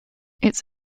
its